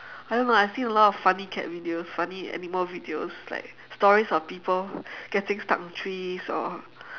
I don't know I've seen a lot of funny cat videos funny animal videos like stories of people getting stuck on trees or